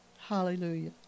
Hallelujah